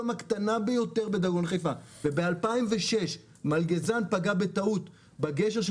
הקטנה ביותר בדגון חיפה וב-2006 מלגזן פגע בטעות בגשר של